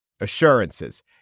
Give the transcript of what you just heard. Assurances